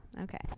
Okay